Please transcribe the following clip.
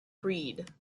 breed